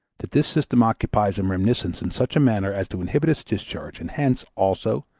that this system occupies a reminiscence in such a manner as to inhibit its discharge and hence, also,